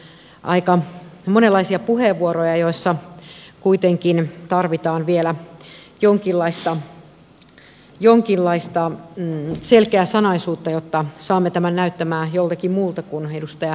tässä on ollut aika monenlaisia puheenvuoroja mutta kuitenkin tarvitaan vielä jonkinlaista selkeäsanaisuutta jotta saamme tämän näyttämään joltakin muulta kuin edustaja mäkipää sanoi